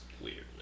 weird